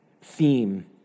theme